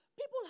People